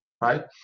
right